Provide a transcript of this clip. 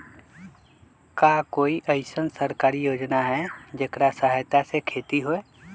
का कोई अईसन सरकारी योजना है जेकरा सहायता से खेती होय?